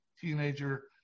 teenager